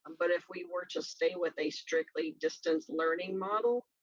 but if we were to stay with a strictly distance learning model,